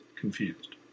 confused